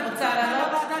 את רוצה לעלות?